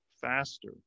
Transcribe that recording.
faster